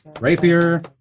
Rapier